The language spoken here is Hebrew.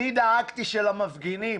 אני דאגתי שלמפגינים,